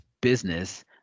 business